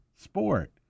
sport